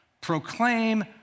Proclaim